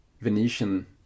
venetian